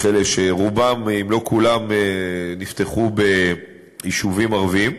שרובן אם לא כולן נפתחו ביישובים ערביים,